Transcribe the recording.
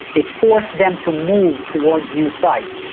it forced them to move towards new sites.